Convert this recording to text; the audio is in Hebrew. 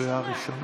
קריאה ראשונה.